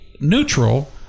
neutral